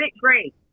great